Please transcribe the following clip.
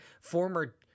Former